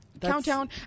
countdown